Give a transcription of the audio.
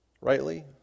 rightly